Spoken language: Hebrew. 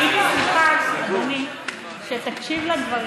אדוני, הייתי שמחה שתקשיב לדברים.